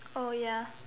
oh ya